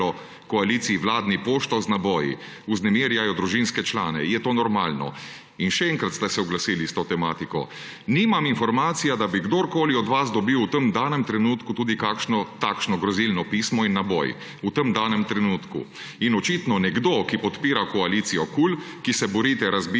koaliciji vladni pošto z naboji, vznemirjajo družinske člane. Je to normalno?« In še enkrat ste se oglasili s to tematiko: »Nimam informacij, da bi kdorkoli od vas dobil v tem danem trenutku tudi kakšno takšno grozilno pismo in naboj v tem danem trenutku. In očitno nekdo, ki podpira koalicijo KUL, ki se borite razbiti